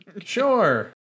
Sure